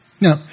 Now